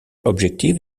objective